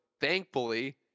thankfully